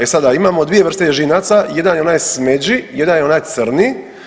E sada imamo dvije vrste ježinaca jedan je onaj smeđi, jedan je onaj crni.